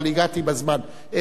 אבל הגעתי בזמן.